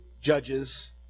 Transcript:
judges